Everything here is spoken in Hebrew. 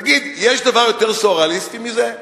תגיד, יש דבר יותר סוריאליסטי מזה?